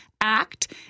act